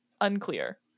unclear